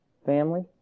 Family